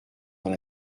dans